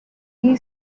key